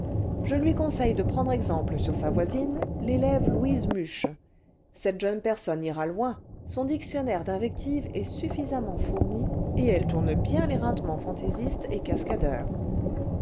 je lui conseille de prendre exemple sur sa voisine l'élève louise muche cette jeune personne ira loin son dictionnaire d'invectives est suffisammentfourni et elle tourne bien l'éreintement fantaisiste et cascadeur